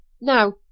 Now